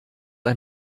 ein